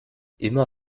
immer